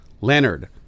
Leonard